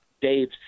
Dave